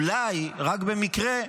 אולי, רק במקרה,